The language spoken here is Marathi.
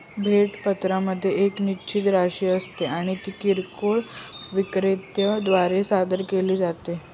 भेट पत्रामध्ये एक निश्चित राशी असते आणि ती किरकोळ विक्रेत्या द्वारे सादर केली जाते